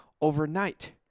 overnight